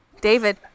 David